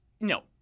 no